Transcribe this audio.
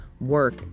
work